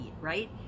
right